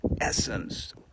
essence